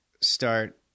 start